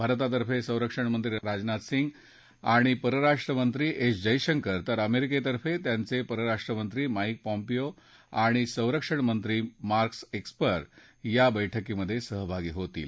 भारतातफॅ संरक्षण मंत्री राजनाथ सिंग आणि परराष्ट्रमंत्री एस जयशंकर तर अमेरिकेतर्फे त्यांचे परराष्ट्रमंत्री माईक पॅम्पियो आणि संरक्षण मंत्री मार्क्स एस्पर या वैठकीत सहभागी होतील